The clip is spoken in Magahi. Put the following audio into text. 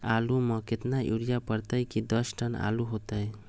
आलु म केतना यूरिया परतई की दस टन आलु होतई?